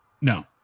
No